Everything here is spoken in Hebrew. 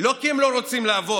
לא כי הם לא רוצים לעבוד,